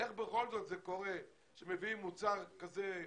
איך בכל זאת קורה שמביאים מוצר יותר זול